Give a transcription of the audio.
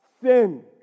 sin